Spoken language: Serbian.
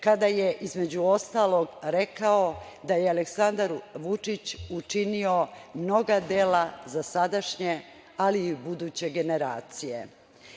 kada je između ostalog rekao da je Aleksandar Vučić učinio mnoga dela za sadašnje, ali i buduće generacije. Želim